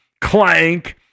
clank